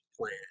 plan